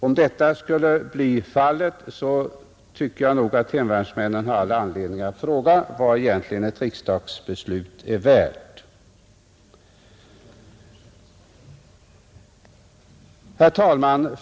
Om hemvärnsmännen inte får dessa pengar tycker jag nog att de har all anledning att fråga sig vad ett riksdagsbeslut egentligen är värt.